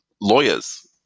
lawyers